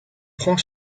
prend